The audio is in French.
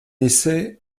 essai